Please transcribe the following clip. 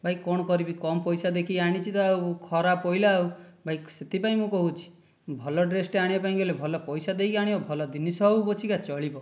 ଭାଇ କଣ କରିବି କମ୍ ପଇସା ଦେଇକି ଆଣିଛି ତ ଆଉ ଖରାପ ପଡ଼ିଲା ଆଉ ଭାଇ ସେଇଥିପାଇଁ ମୁଁ କହୁଛି ଭଲ ଡ୍ରେସ୍ଟେ ଆଣିବା ପାଇଁକି ହେଲେ ଭଲ ପଇସା ଦେଇକି ଆଣିବ ଭଲ ଜିନିଷ ହେଉ ପଛକେ ଚଳିବ